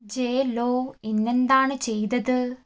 J Lo ഇന്നെന്താണ് ചെയ്തത്